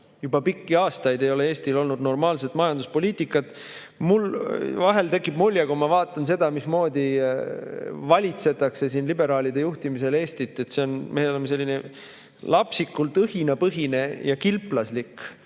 Juba pikki aastaid ei ole Eestil olnud normaalset majanduspoliitikat. Mul tekib vahel mulje, kui ma vaatan seda, mismoodi Eestit siin liberaalide juhtimisel valitsetakse, et meil on lapsikult õhinapõhine ja kilplaslik